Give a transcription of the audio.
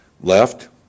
left